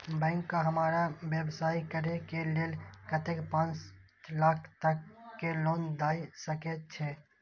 Bank का हमरा व्यवसाय करें के लेल कतेक पाँच लाख तक के लोन दाय सके छे?